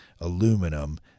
aluminum